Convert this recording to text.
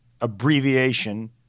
abbreviation